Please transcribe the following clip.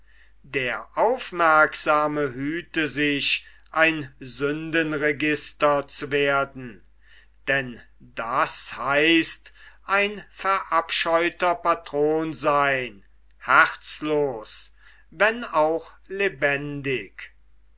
der aufmerksame hüte sich ein sündenregister zu werden denn das heißt ein verabscheuter patron seyn herzlos wenn auch lebendig